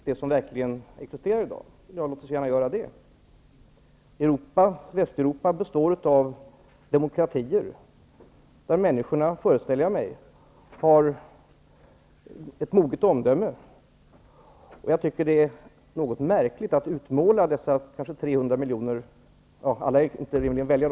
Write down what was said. Herr talman! Gudrun Schyman säger att vi skall tala om det Europa som finns, om det som verkligen existerar i dag. Låt oss gärna göra det! Västeuropa består av demokratier, där jag föreställer mig att människorna har ett moget omdöme.